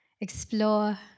explore